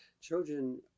children